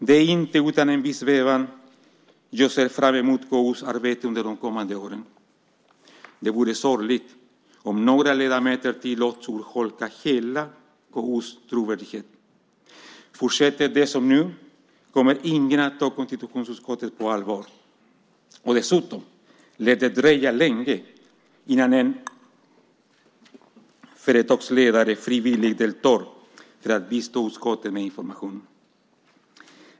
Det är inte utan en viss bävan jag ser fram emot KU:s arbete under de kommande åren. Det vore sorgligt om några ledamöter tillåts urholka hela KU:s trovärdighet. Fortsätter det som nu kommer ingen att ta konstitutionsutskottet på allvar. Dessutom lär det dröja länge innan en företagsledare frivilligt deltar för att bistå utskottet med information.